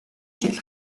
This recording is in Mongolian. жил